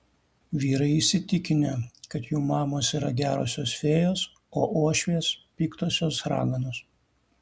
vyrai įsitikinę kad jų mamos yra gerosios fėjos o uošvės piktosios raganos